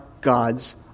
God's